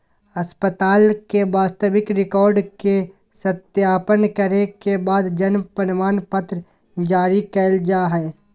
अस्पताल के वास्तविक रिकार्ड के सत्यापन करे के बाद जन्म प्रमाणपत्र जारी कइल जा हइ